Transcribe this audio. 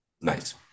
Nice